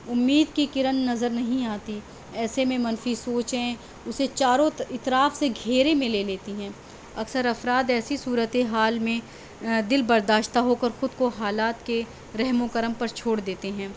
امید کی کرن نظر نہیں آتی ایسے میں منفی سوچیں اسے چاروں اطراف سے گھیرے میں لے لیتی ہیں اکثر افراد ایسی صورتحال میں دلبرداشتہ ہو کر خود کو حالات کے رحم و کرم پرچھوڑ دیتے ہیں